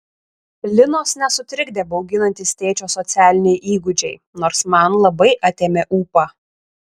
linos nesutrikdė bauginantys tėčio socialiniai įgūdžiai nors man labai atėmė ūpą